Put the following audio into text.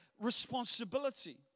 responsibility